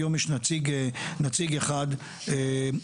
היום יש נציג אחד בלבד.